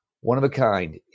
one-of-a-kind